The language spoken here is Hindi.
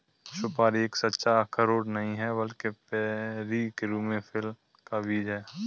सुपारी एक सच्चा अखरोट नहीं है, बल्कि बेरी के रूप में फल का बीज है